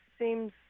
seems